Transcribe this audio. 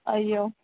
అయ్యో